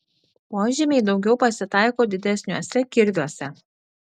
požymiai daugiau pasitaiko didesniuose kirviuose